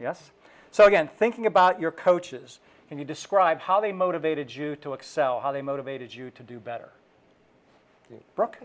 yes so again thinking about your coaches can you describe how they motivated you to excel how they motivated you to do better brooke